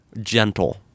gentle